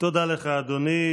תודה לך, אדוני.